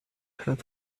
had